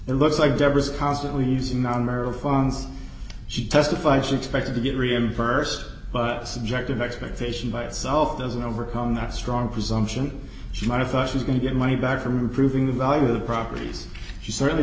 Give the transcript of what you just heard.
it looks like deborah's constantly using non marital funds she testified she expected to get reimbursed but subjective expectation by itself doesn't overcome that strong presumption she might have thought she was going to get money back from improving the value of the properties she certainly